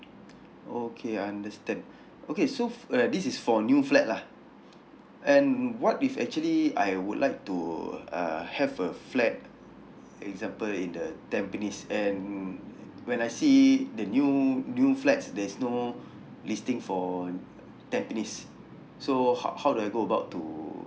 okay understand okay so for uh this is for new flat lah and what if actually I would like to uh have a flat example in the tampines and when I see the new new flats there's no listing for tampines so how how do I go about to